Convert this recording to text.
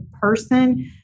person